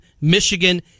Michigan